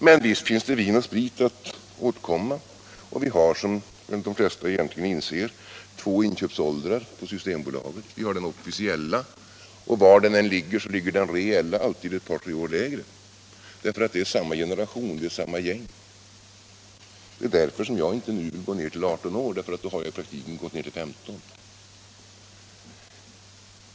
Men visst finns det vin och sprit, och vi har som de flesta egentligen inser två inköpsåldrar på Systembolaget: den officiella och den reella som var den förra än ligger alltid är ett par tre år lägre, därför att det är samma generation, samma gäng. Därför röstar jag inte för att vi nu skall gå ned till 18 år, eftersom vi då i praktiken gått ned till 15.